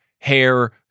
hair